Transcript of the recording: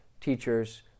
teachers